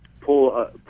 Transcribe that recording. pull